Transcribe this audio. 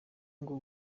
ngo